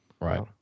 Right